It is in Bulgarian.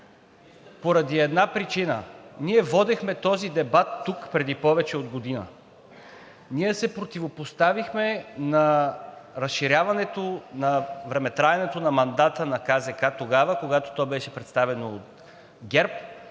поради една причина – ние водихме този дебат тук преди повече от година. Ние се противопоставихме на разширяването на времетраенето на мандата на КЗК тогава, когато то беше представено от ГЕРБ,